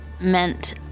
Meant